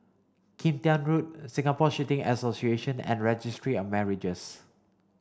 Kim Tian Road Singapore Shooting Association and Registry of Marriages